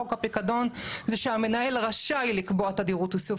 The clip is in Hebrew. חוק הפיקדון זה שהמנהל רשאי לקבוע תדירות איסוף.